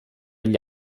gli